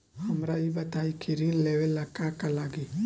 हमरा ई बताई की ऋण लेवे ला का का लागी?